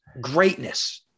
greatness